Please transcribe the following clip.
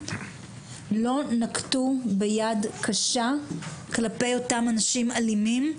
לא נקטו ביד קשה כלפי אותם אנשים אלימים,